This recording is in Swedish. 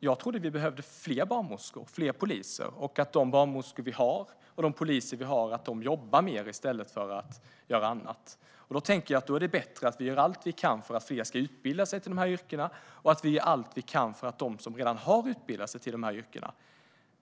Jag trodde att vi behövde fler barnmorskor och poliser och att de barnmorskor och poliser vi har jobbar mer i stället för att göra annat. Då tänker jag att det är bättre att vi gör allt vi kan för att fler ska utbilda sig till de här yrkena och för att de som redan har utbildat sig till de här yrkena